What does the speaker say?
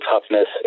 toughness